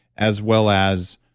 as well as